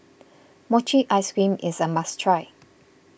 Mochi Ice Cream is a must try